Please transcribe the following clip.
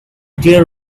dear